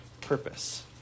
purpose